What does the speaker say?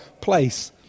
place